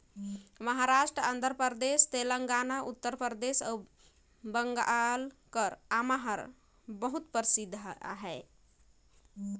महारास्ट, आंध्र परदेस, तेलंगाना, उत्तर परदेस अउ बंगाल कर आमा हर अब्बड़ परसिद्ध अहे